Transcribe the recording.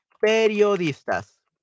Periodistas